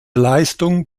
leistung